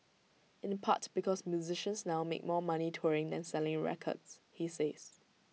in the part because musicians now make more money touring than selling records he says